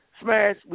Smash